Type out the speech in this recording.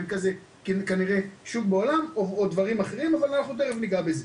אין כזה שוק בעולם או דברים אחרים אבל אנחנו תיכף ניגע בזה.